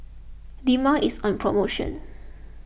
Dermale is on promotion